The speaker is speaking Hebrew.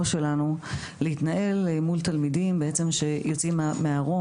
שלנו להתנהל מול תלמידים בעצם שיוצאים מהארון,